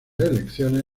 elecciones